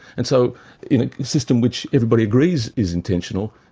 and so in a system which everybody agrees is intentional,